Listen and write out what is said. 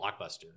Blockbuster